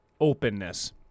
openness